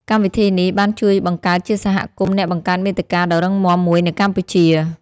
កម្មវិធីនេះបានជួយបង្កើតជាសហគមន៍អ្នកបង្កើតមាតិកាដ៏រឹងមាំមួយនៅកម្ពុជា។